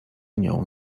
nią